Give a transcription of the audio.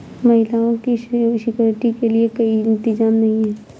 महिलाओं की सिक्योरिटी के लिए कोई इंतजाम नहीं है